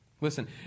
Listen